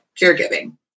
caregiving